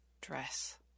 dress